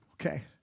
Okay